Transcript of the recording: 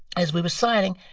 as we were signing,